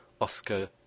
Oscar